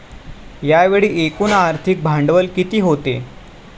यावेळी एकूण आर्थिक भांडवल किती होते?